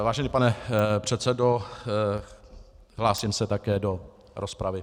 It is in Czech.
Vážený pane předsedo, hlásím se také do rozpravy.